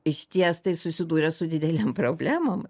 išties tai susidūrė su didelėm problemom